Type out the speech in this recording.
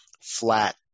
flat